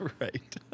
Right